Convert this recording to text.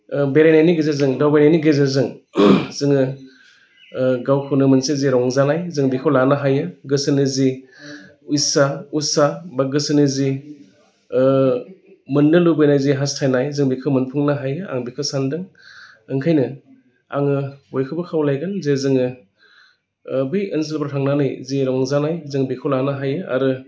बेरायनायनि गेजेरजों दावबायनायनि गेजेरजों जोङो गावखौनो गाव मोनसे जे रंजानाय जों बेखौ लानो हायो गोसोनि जि इस्सा उस्साह बा गोसोनि जि मोननो लुबैनाय जि हास्थायनाय जों बेखौ मोनफुंनो हायो आं बेखौ सान्दों ओंखायनो आङो बयखौबो खावलायगोन जे जोङो बै ओनसोलफोराव थांनानै जि रंजानाय जों बेखौ लानो हायो आरो